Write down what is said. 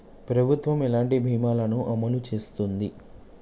ప్రభుత్వం ఎలాంటి బీమా ల ను అమలు చేస్తుంది?